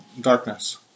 darkness